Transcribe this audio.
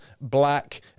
black